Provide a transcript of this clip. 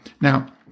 Now